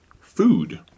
food